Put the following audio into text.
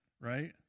right